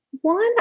One